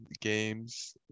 games